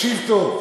תקשיב טוב.